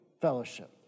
fellowship